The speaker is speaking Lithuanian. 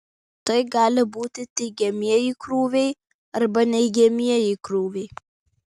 tai gali būti teigiamieji krūviai arba neigiamieji krūviai